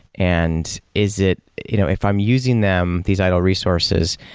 and is it you know if i'm using them, these idle resources,